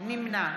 נמנע